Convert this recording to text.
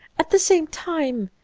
at the same time,